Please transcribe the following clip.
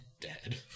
dead